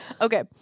Okay